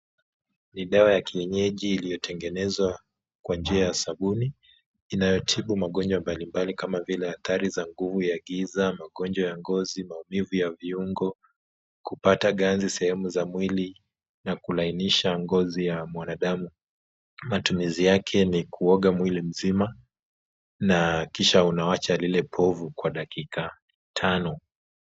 Ni dawa ya kienyeji iliyotengezewa kwa njia ya sabuni, inayotibu magonjwa mbalimbali kama vile hatari za nguvu za ngiza, magonjwa ya ngozi, maumivu ya viungo, kupata ngazi sehemu za mwili na kulainisha ngozi ya mwanadamu, matumizi yake ni kuoga mwili mzima na kisha unawacha lile povu kwa dakika tano.